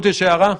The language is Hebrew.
צביקה,